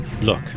Look